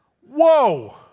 Whoa